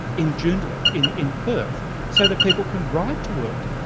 in joondalup in in perth so that people can ride to work.